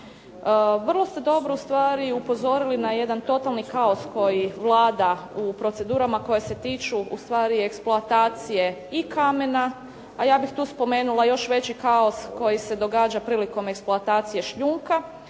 Vrlo ste dobro upozorili ustvari na jedan totalni kaos koji vlada u procedurama koje se tiču ustvari eksploatacije i kamena, a ja bih tu spomenula još veći kao koji se događa prilikom eksploatacije šljunka.